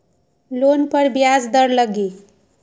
Loan पर ब्याज दर लगी?